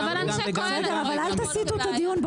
בסדר אבל אל תסיטו את הדיון,